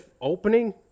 opening